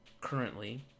currently